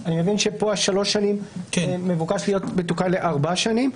אני מבין שפה שלוש השנים מבוקש להיות מתוקן לארבע שנים.